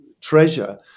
treasure